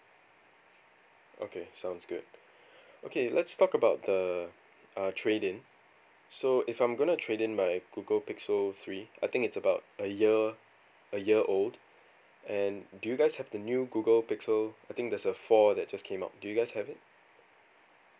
okay sounds good okay let's talk about the uh trade in so if I'm gonna trade in my google pixel three I think it's about a year a year old and do you guys have the new google pixel I think there's a four that just came out do you guys have it